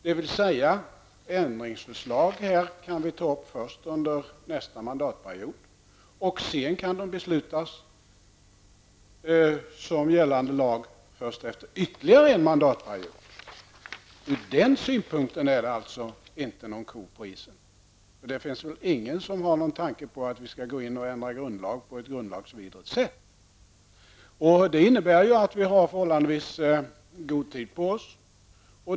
Sådana ändringsförslag kan vi behandla först under nästa mandatperiod. Lagstiftning kan det bli fråga om först efter ytterligare en mandatperiod. Ur den synpunkten är det alltså inte någon ko på isen. Ingen har väl någon tanke på att vi skall ändra grundlagen på ett grundlagsvidrigt sätt. Det innebär att vi har förhållandevis god tid på oss.